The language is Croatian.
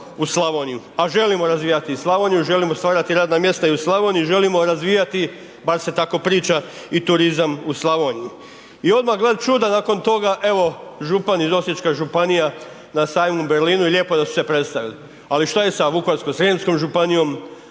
u Slavoniju, a želimo razvijati i Slavoniju, želimo stvarati radna mjesta i u Slavoniji, želimo razvijati bar se tako priča i turizam u Slavoniji. I odmah gle čuda, nakon toga evo župan iz Osječke županije na sajmu u Berlinu i lijepo da su se predstavili, ali što je sa Vukovarsko-srijemskom županijom,